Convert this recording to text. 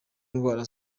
indwara